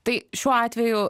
tai šiuo atveju